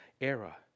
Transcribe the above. era